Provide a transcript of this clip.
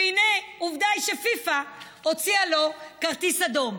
והינה, עובדה היא שפיפ"א הוציאה לו כרטיס אדום.